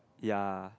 ya